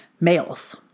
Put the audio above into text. males